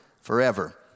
forever